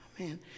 Amen